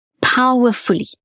powerfully